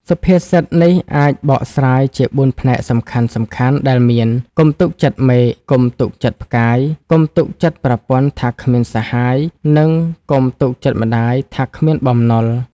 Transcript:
សុភាសិតនេះអាចបកស្រាយជាបួនផ្នែកសំខាន់ៗដែលមាន៖ កុំទុកចិត្តមេឃ កុំទុកចិត្តផ្កាយ កុំទុកចិត្តប្រពន្ធថាគ្មានសហាយ និងកុំទុកចិត្តម្តាយថាគ្មានបំណុល។